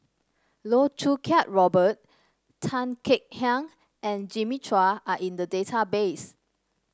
Loh Choo Kiat Robert Tan Kek Hiang and Jimmy Chua are in the database